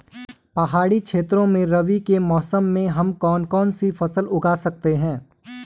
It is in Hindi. पहाड़ी क्षेत्रों में रबी के मौसम में हम कौन कौन सी फसल लगा सकते हैं?